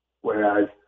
Whereas